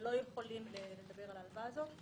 ולא יכולים לדבר על ההלוואה הזאת.